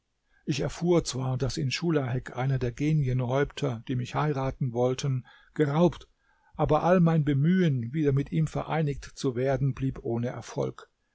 ich erfuhr zwar daß ihn schulahek einer der genienhäupter die mich heiraten wollten geraubt aber all mein bemühen wieder mit ihm vereinigt zu werden blieb ohne erfolg